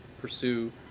pursue